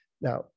Now